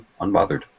unbothered